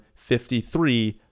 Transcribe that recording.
53